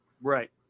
Right